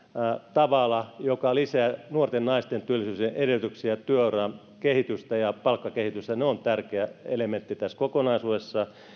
tavalla joka lisää nuorten naisten työllisyysedellytyksiä työuran kehitystä ja palkkakehitystä on tärkeä elementti tässä kokonaisuudessa